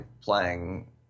playing